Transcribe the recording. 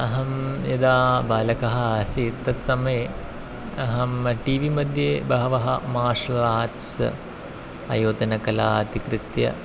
अहं यदा बालकः आसं तत्समये अहं टी वी मध्ये बहवः मार्षल् आर्ट्स् अयोतनकला अधिकृत्य